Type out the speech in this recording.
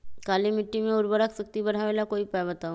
काली मिट्टी में उर्वरक शक्ति बढ़ावे ला कोई उपाय बताउ?